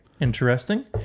Interesting